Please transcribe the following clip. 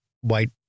white